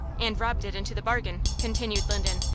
and robbed it into the bargain, continued linden,